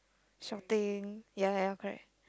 shouting ya ya ya correct